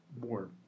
more